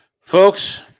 Folks